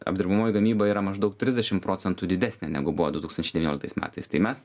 apdirbamoji gamyba yra maždaug trisdešim procentų didesnė negu buvo du tūkstančiai devynioliktais metais tai mes